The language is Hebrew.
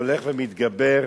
הולך ומתגבר,